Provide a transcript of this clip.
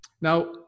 Now